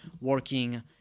working